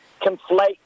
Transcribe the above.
conflate